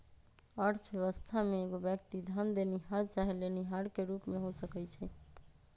अर्थव्यवस्था में एगो व्यक्ति धन देनिहार चाहे लेनिहार के रूप में हो सकइ छइ